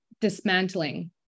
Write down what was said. dismantling